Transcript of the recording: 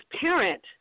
parent